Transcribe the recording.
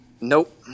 Nope